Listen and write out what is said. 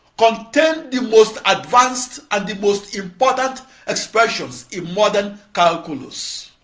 contained the most advanced and the most important expressions in modern calculus.